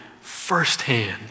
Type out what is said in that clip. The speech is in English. firsthand